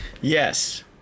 yes